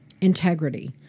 integrity